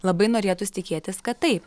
labai norėtųs tikėtis kad taip